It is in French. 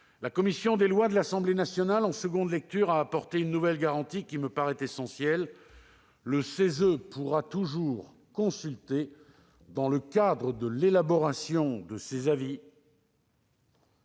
la commission des lois de l'Assemblée nationale a apporté en nouvelle lecture une autre garantie qui me paraît essentielle : le CESE pourra toujours consulter, dans le cadre de l'élaboration de ses avis,